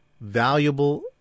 valuable